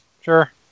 sure